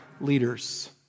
leaders